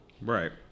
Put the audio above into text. right